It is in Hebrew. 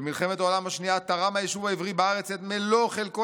"במלחמת העולם השנייה תרם היישוב העברי בארץ את מלוא חלקו